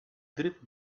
drift